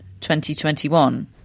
2021